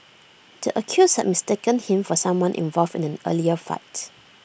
the accused had mistaken him for someone involved in an earlier fight